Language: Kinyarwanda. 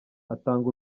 atanga